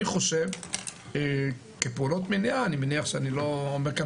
אני חושב שכפעולות מניעה - אני מניח שאני לא אומר כאן